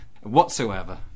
whatsoever